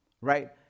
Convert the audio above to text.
right